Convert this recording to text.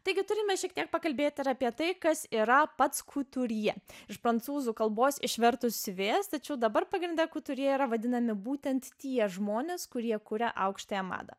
taigi turime šiek tiek pakalbėti ir apie tai kas yra pats kuturjė iš prancūzų kalbos išvertus siuvėjas tačiau dabar pagrinde kuturjė yra vadinami būtent tie žmonės kurie kuria aukštąją madą